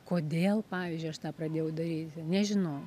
kodėl pavyzdžiui aš tą pradėjau daryti nežinau